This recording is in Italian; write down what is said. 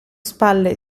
spalle